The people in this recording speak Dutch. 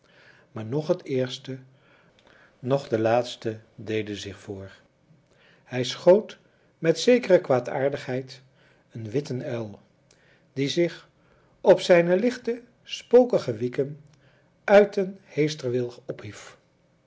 maar noch het eerste noch de laatste deden zich voor hij schoot met zekere kwaadaardigheid een witten uil die zich op zijne lichte spokige wieken uit een heesterwilg ophief